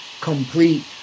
complete